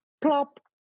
plop